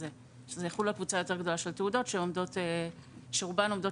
שזה יחול על קבוצה יותר גדולה של תעודות שרובן עומדות